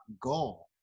goal